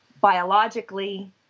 biologically